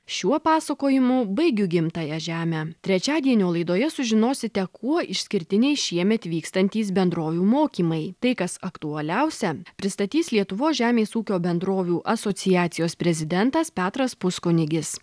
šiuo pasakojimu baigiu gimtąją žemę trečiadienio laidoje sužinosite kuo išskirtiniai šiemet vykstantys bendrovių mokymai tai kas aktualiausia pristatys lietuvos žemės ūkio bendrovių asociacijos prezidentas petras puskunigis